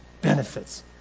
benefits